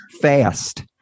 Fast